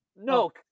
No